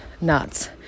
nuts